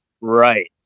Right